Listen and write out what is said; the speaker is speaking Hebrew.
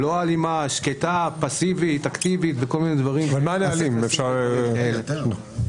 יתרה מכך,